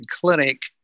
clinic